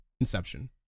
inception